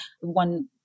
one